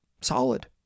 Solid